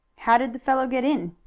how did the fellow get in?